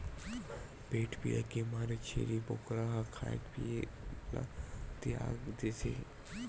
पेट पीरा के मारे छेरी बोकरा ह खाए पिए ल तियाग देथे